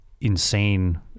insane